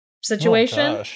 situation